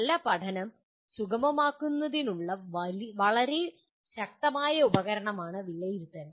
നല്ല പഠനം സുഗമമാക്കുന്നതിനുള്ള വളരെ ശക്തമായ ഉപകരണമാണ് വിലയിരുത്തൽ